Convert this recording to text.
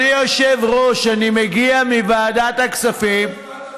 למה לא הצבעת בעד החוק?